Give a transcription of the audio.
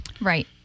Right